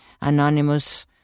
anonymous